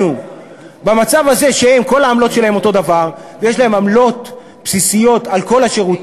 לבטל את כל עמלות הבסיס של הפקדת צ'ק,